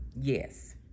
Yes